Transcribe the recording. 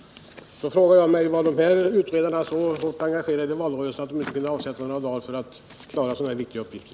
Då frågar jag mig: Var utredarna så hårt engagerade i valrörelsen att de inte kunde avsätta några dagar för att sköta så här viktiga uppgifter?